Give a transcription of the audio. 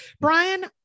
Brian